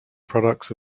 products